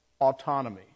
autonomy